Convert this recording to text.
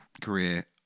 career